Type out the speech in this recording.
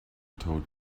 told